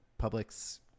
public's